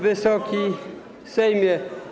Wysoki Sejmie!